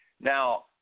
Now